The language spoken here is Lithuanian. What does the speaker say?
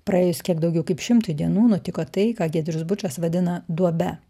praėjus kiek daugiau kaip šimtui dienų nutiko tai ką giedrius bučas vadina duobe